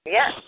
Yes